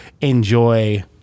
enjoy-